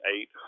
eight